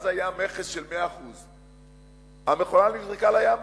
אז היה מכס של 100%. המכולה נזרקה לים בסוף,